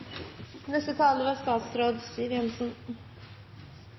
neste taler statsråd